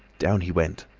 down he went,